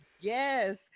yes